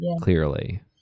clearly